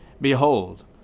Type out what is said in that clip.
Behold